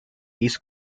east